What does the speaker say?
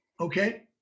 Okay